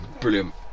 Brilliant